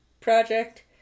project